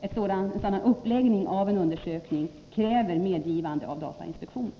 En sådan uppläggning av en undersökning kräver nämligen medgivande av datainspektionen.